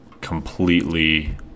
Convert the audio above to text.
completely